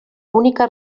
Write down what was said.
única